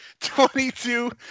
22